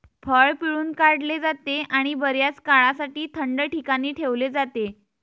फळ पिळून काढले जाते आणि बर्याच काळासाठी थंड ठिकाणी ठेवले जाते